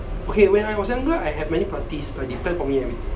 okay when I was younger I I had many parties like they planned for me everything